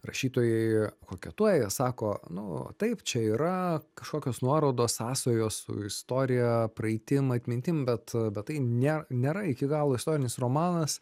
rašytojai koketuoja sako nu taip čia yra kažkokios nuorodos sąsajos su istorija praeitim atmintim bet bet tai ne nėra iki galo istorinis romanas